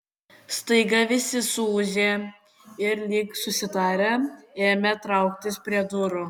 staiga visi suūžė ir lyg susitarę ėmė trauktis prie durų